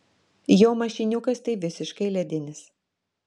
jo mašiniukas tai visiškai ledinis